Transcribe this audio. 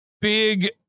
big